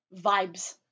vibes